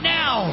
now